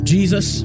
Jesus